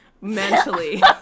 mentally